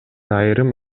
айрым